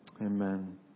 Amen